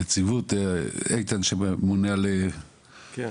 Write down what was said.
איתן, שממונה על --- כן.